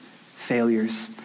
failures